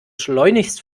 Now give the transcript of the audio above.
schleunigst